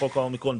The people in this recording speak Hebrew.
בחוק האומיקרון,